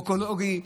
אקולוגי,